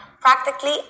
Practically